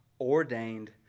ordained